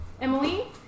Emily